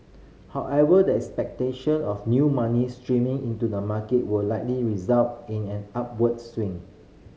however the expectation of new money streaming into the market will likely result in an upward swing